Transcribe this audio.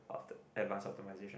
after advanced optimisation